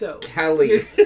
Kelly